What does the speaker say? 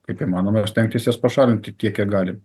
kaip įmanoma stengtis jas pašalinti tiek kiek gali